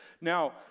Now